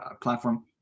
platform